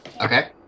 Okay